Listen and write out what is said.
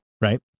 right